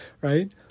right